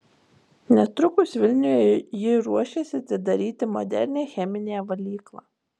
netrukus vilniuje ji ruošiasi atidaryti modernią cheminę valyklą